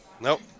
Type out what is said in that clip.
Nope